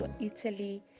Italy